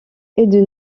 aidez